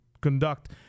conduct